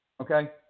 okay